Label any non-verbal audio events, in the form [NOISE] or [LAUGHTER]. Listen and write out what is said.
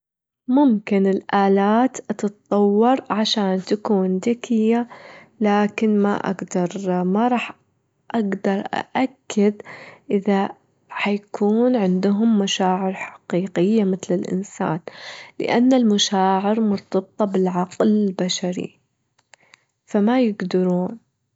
ممكن الألات تطور عشان تكون [UNINTELLIGIBLE] لكن ما أجدر ما راح أجدر ءأكد إذا هيكون عندهم مشاعر حقيقية متل الإنسان؛ لإن المشاعر مرتبطة بالعقل البشري، فما يجدرون.